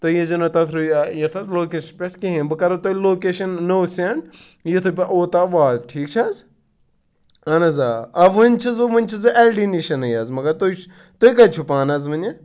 تُہۍ یی زٮ۪و نہٕ تَتھ یَتھ حظ لوکیشَن پٮ۪ٹھ کِہینۍ بہٕ کَرٕ ہو تۄہِہ لوکیشَن نٔو سٮ۪نٛڈ یُتھٕے بہٕ اوٚتام واتہٕ ٹھیٖک چھَ حظ اَہن حظ آ وٕنۍ چھُس بہٕ وٕنۍ چھُس بہٕ اٮ۪ل ڈی نِشَن نٕے حظ مگر تُہۍ تُہۍ کَتہِ چھو پانہٕ حظ وٕنہِ